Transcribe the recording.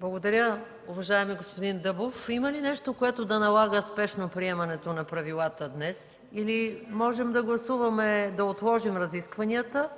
Благодаря, уважаеми господин Дъбов. Има ли нещо, което да налага спешно приемане на правилата днес или можем да гласуваме да отложим разискванията?